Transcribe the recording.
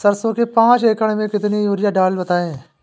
सरसो के पाँच एकड़ में कितनी यूरिया डालें बताएं?